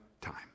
time